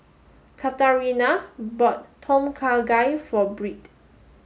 Katharina bought Tom Kha Gai for Byrd